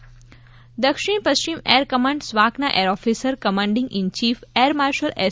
air force દક્ષિણ પશ્ચિમ air command સ્વાકના air officer commanding in chief air marshal S